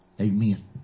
Amen